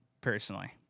personally